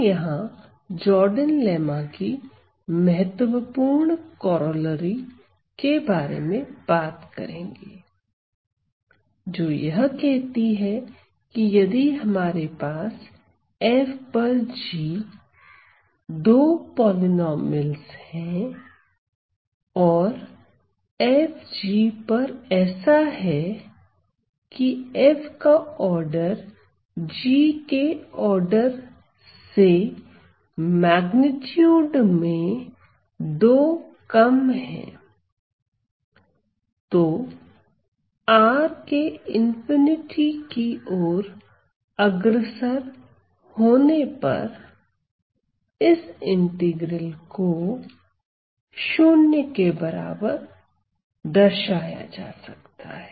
हम यहां Jordan lemma की महत्वपूर्ण कोरोलरी के बारे में बात करेंगे जो यह कहती है कि यदि हमारे पास F पर G दो पॉलिनॉमियल्स है और F G पर ऐसा है की F का आर्डर G के आर्डर से मेग्नीट्यूड में 2 कम है तो R के ∞ की ओर अग्रसर होने पर इस इंटीग्रल को 0 के बराबर दर्शाया जा सकता है